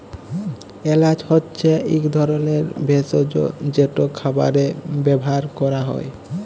এল্যাচ হছে ইক ধরলের ভেসজ যেট খাবারে ব্যাভার ক্যরা হ্যয়